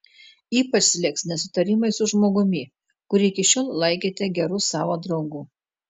ypač slėgs nesutarimai su žmogumi kurį iki šiol laikėte geru savo draugu